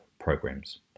programs